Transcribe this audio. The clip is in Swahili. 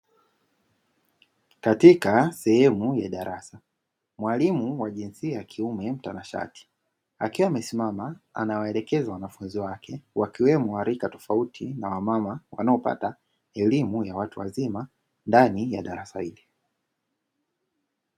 Katika sehemu ya darasa mwalimu wa jinsia ya kiume mtanashati akiwa amesimama anawaelekezwa wanafunzi wake, wakiwemo warika tofauti na wamama wanaopata elimu ya watu wazima ndani ya darasa hili.